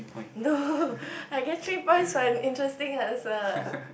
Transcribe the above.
no I get three points for an interesting answer